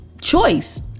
choice